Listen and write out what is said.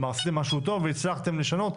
כלומר עשיתם משהו טוב והצלחתם לשנות,